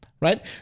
right